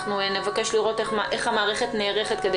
אנחנו נבקש לראות איך המערכת נערכת כדי